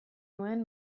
nuen